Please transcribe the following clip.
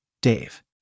Dave